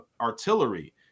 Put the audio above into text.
artillery